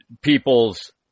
people's